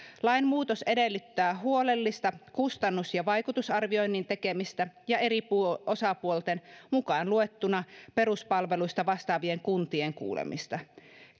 lainmuutos edellyttää huolellista kustannus ja vaikutusarvioinnin tekemistä ja eri osapuolten mukaan luettuna peruspalveluista vastaavien kuntien kuulemista